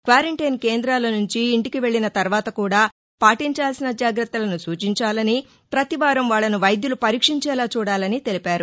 quarantine కేందాల నుంచి ఇంటికి వెల్లిన తర్వాత కూడా పాటించాల్సిన జాగ్రత్తలను సూచించాలని పతివారం వాళ్లను వైద్యులు పరీక్షించేలా చూడాలని తెలిపారు